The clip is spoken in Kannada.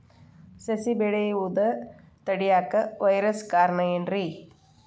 ಸಸಿ ಬೆಳೆಯುದ ತಡಿಯಾಕ ವೈರಸ್ ಕಾರಣ ಏನ್ರಿ?